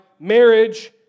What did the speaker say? marriage